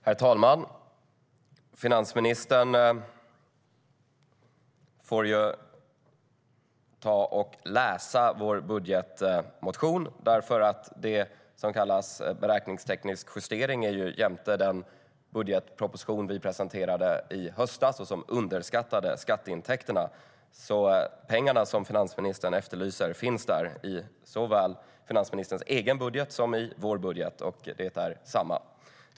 Herr talman! Finansministern får ta och läsa vår budgetmotion. Det som kallas beräkningsteknisk justering är nämligen jämte den budgetproposition vi presenterade i höstas och som underskattade skatteintäkterna. De pengar finansministern efterlyser finns alltså där, såväl i finansministerns egen budget som i vår budget. Det är samma.